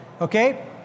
okay